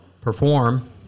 perform